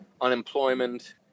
unemployment